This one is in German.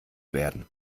werden